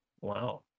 Wow